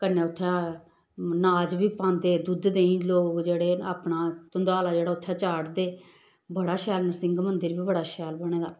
कन्नै उत्थै अनाज बी पांदे दुद्ध देहीं लोक जेह्ड़े अपना धंदाला जेह्ड़ा उत्थै चाढ़दे बड़ा शैल नरसिंह मंदिर बी बड़ा शैल बने दा